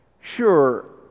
sure